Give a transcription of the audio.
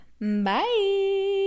bye